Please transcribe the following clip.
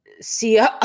see